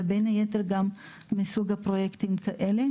ובין היתר בפרויקטים כאלה.